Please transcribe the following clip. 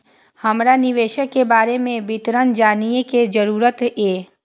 हमरा निवेश के बारे में विवरण जानय के जरुरत ये?